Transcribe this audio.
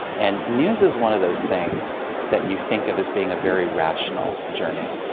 and news is one of those things that you think of as being a very rational journey,